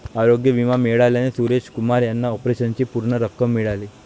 आरोग्य विमा मिळाल्याने सुरेश कुमार यांना ऑपरेशनची पूर्ण रक्कम मिळाली